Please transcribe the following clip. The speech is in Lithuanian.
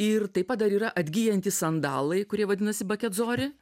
ir taip pat dar yra atgyjantys sandalai kurie vadinasi baketzori